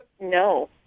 No